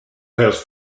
has